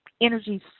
energy